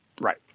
Right